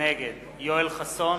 נגד יואל חסון,